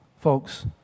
Folks